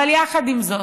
אבל יחד עם זאת,